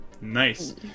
Nice